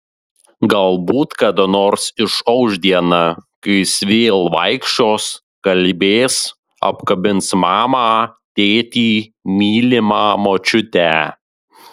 galbūt kada nors išauš diena kai jis vėl vaikščios kalbės apkabins mamą tėtį mylimą močiutę